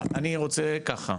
אני רוצה ככה,